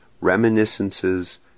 reminiscences